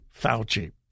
Fauci